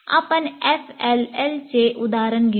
आपण FLL चे उदाहरण घेऊ